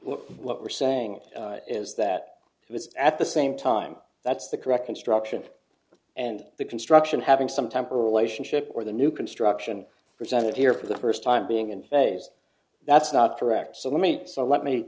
understand what we're saying is that it was at the same time that's the correct construction and the construction having some temper relationship where the new construction presented here for the first time being in phase that's not correct so let me so let me